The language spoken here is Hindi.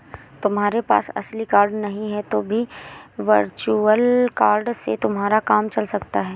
तुम्हारे पास असली कार्ड नहीं है तो भी वर्चुअल कार्ड से तुम्हारा काम चल सकता है